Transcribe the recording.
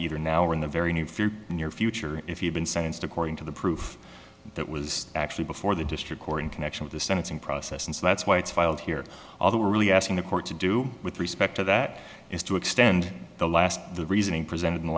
either now or in the very near future near future if you've been sentenced according to the proof that was actually before the district court in connection with the sentencing process and so that's why it's filed here although we're really asking the court to do with respect to that is to extend the last the reasoning presented in the